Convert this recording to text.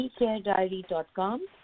eCareDiary.com